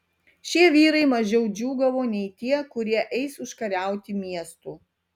šie vyrai mažiau džiūgavo nei tie kurie eis užkariauti miestų